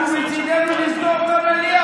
אנחנו, מצידנו, לסגור את המליאה.